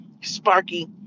sparky